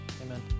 Amen